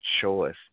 choice